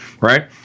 right